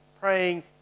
praying